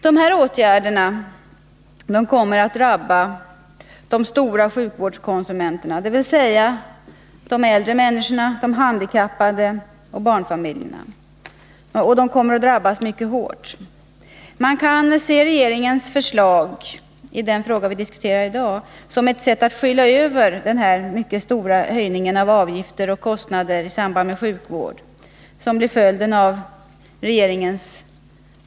Dessa åtgärder kommer att drabba de stora sjukvårdskonsumenterna, dvs. de äldre, de handikappade och barnfamiljerna, och de kommer att drabbas mycket hårt. Man kan se regeringens förslag i besparingspropositionen som ett sätt att skyla över den mycket stora höjningen av avgifter och kostnader i samband med sjukvård.